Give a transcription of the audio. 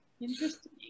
Interesting